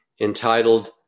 entitled